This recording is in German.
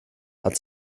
hat